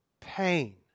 pain